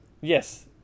Yes